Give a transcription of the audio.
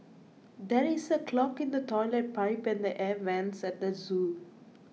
there is a clog in the Toilet Pipe and the Air Vents at the zoo